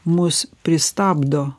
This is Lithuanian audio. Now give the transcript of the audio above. mus pristabdo